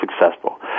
successful